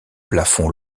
plafond